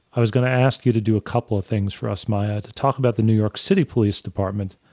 i was going to ask you to do a couple of things for us, maya, to talk about the new york city police department,